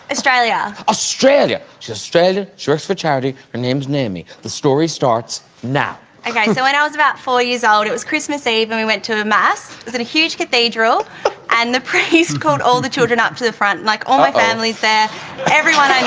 ah australia? australia, australia shirts for charity. her name's near me the story starts now, okay so when i was about it was christmas eve and we went to a mass. was it a huge cathedral and the priest called all the children up to the front like all my family's there everyone